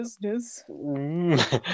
business